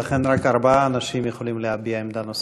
ולכן רק ארבעה אנשים יכולים להביע עמדה נוספת.